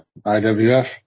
IWF